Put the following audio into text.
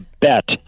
bet